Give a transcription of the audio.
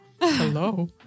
Hello